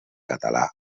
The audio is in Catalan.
català